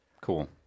Cool